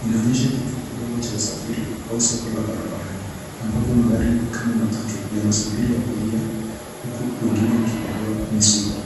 Inaonyesha kituo kidogo cha usafiri, au soko la barabarani, ambapo magari kama matatu yanasubiri abiria, huku wengine wakipakua mizigo.